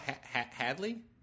Hadley